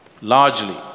Largely